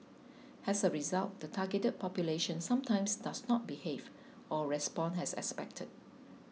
as a result the targeted population sometimes does not behave or respond as expected